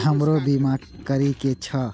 हमरो बीमा करीके छः?